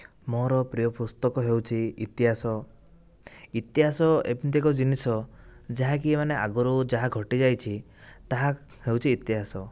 ମୋ'ର ପ୍ରିୟ ପୁସ୍ତକ ହେଉଛି ଇତିହାସ ଇତିହାସ ଏମିତି ଏକ ଜିନିଷ ଯାହାକି ମାନେ ଆଗରୁ ଯାହା ଘଟି ଯାଇଛି ତାହା ହେଉଛି ଇତିହାସ